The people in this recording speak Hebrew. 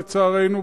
לצערנו,